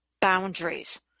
boundaries